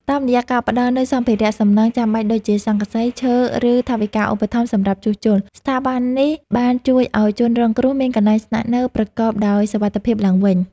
តាមរយៈការផ្ដល់នូវសម្ភារសំណង់ចាំបាច់ដូចជា ស័ង្កសី ឈើ ឬថវិកាឧបត្ថម្ភសម្រាប់ជួសជុល ស្ថាប័ននេះបានជួយឱ្យជនរងគ្រោះមានកន្លែងស្នាក់នៅប្រកបដោយសុវត្ថិភាពឡើងវិញ។